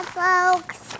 folks